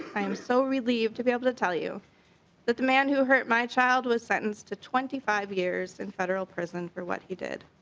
i'm so relieved to be able to tell you the man who hurt my child was sentenced to twenty five years in federal prison for what he did.